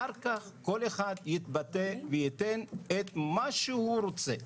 אחר כך כל אחד יתבטא וייתן את מה שהוא רוצה.